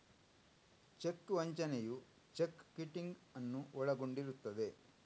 check ವಂಚನೆಯು cheque kiting ಅನ್ನು ಒಳಗೊಂಡಿರುತ್ತದೆ